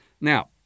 Now